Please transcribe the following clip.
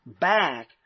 back